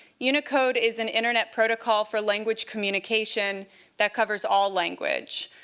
unicode is an internet protocol for language communication that covers all language.